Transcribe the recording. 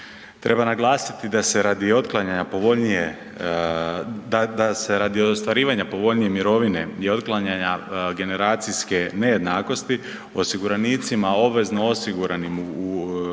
Treba naglasiti da se radi ostvarivanja povoljnije mirovine i otklanjanja generacijske nejednakosti osiguranicima obveznom osiguranim u I. i